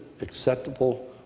acceptable